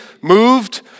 moved